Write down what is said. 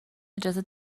اجازه